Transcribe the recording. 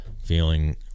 feeling